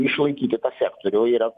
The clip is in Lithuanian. išlaikyti tą sektorių yra